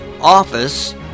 office